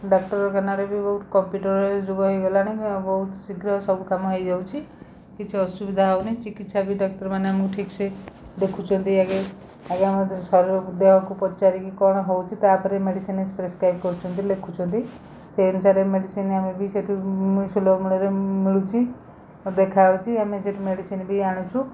ଡାକ୍ଟରଖାନାରେ ବି ବହୁତ କମ୍ପ୍ୟୁଟର୍ ର ଏ ଯୁଗ ହେଇଗଲାଣି ବହୁତ ଶୀଘ୍ର ସବୁ କାମ ହେଇଯାଉଛି କିଛି ଅସୁବିଧା ହଉନି ଚିକିତ୍ସା ବି ଡକ୍ଟର୍ ମାନେ ଆମକୁ ଠିକସେ ଦେଖୁଛନ୍ତି ଆଗେ ଆଗେ ଆମର ଶରୀରକୁ ଦେହକୁ ପଚାରିକି କ'ଣ ହଉଛି ତାପରେ ମେଡ଼ିସିନି ସ୍ପେସେପ୍ସକ୍ରାଇବ୍ କରୁଛନ୍ତି ଲେଖୁଛନ୍ତି ସେଇ ଅନୁସାରେ ମେଡ଼ିସିନ୍ ଆମେ ବି ସେଇଠୁ ସୁଲଭ ମୂଲ୍ୟରେ ମିଳୁଛି ଦେଖାହଉଛି ଆମେ ସେଇଠୁ ମେଡ଼ିସିନ୍ ବି ଆଣୁଛୁ